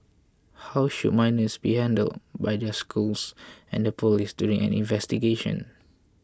how should minors be handled by their schools and the police during an investigation